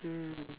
mm